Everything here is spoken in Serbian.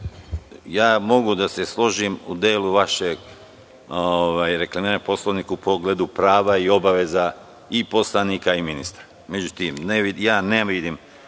Mogu da se složim u delu vašeg reklamiranja Poslovnika u pogledu prava i obaveza i poslanika i ministra. Međutim, ne vidim